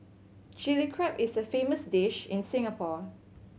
Chilli Crab is a famous dish in Singapore